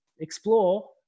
explore